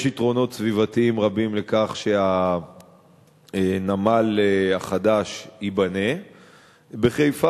יש יתרונות סביבתיים רבים לכך שהנמל החדש ייבנה בחיפה,